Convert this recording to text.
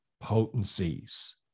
potencies